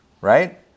right